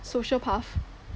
sociopath